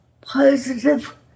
positive